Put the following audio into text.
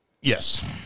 Yes